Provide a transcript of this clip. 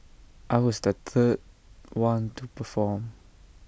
I was the third one to perform